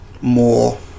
more